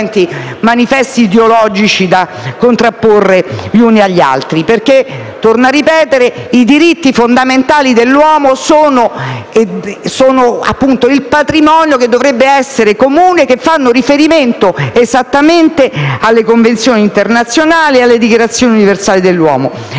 manifesti ideologici da contrapporre gli uni agli altri. I diritti fondamentali dell'uomo sono patrimonio che dovrebbe essere comune e fanno riferimento esattamente alle convenzioni internazionali e alla Dichiarazione universale dei